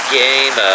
game